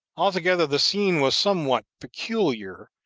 altogether the scene was somewhat peculiar,